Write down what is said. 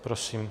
Prosím.